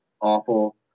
awful